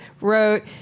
wrote